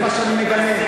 זה מה שאני מגנה.